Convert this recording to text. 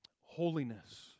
holiness